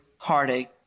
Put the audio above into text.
heartache